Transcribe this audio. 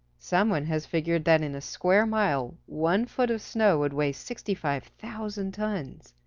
some one has figured that in a square mile one foot of snow would weigh sixty five thousand tons.